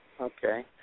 Okay